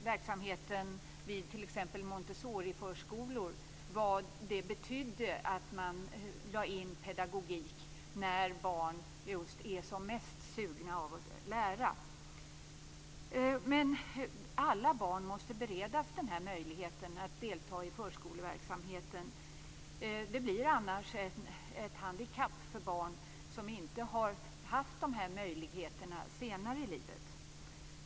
Verksamheten vid t.ex. Montessoriförskolor visar tydligt vad det betyder att man lägger in pedagogik när barn är som mest sugna på att lära. Alla barn måste beredas möjligheten att delta i förskoleverksamheten. Det blir annars ett handikapp för barn som inte har haft den möjligheten senare i livet.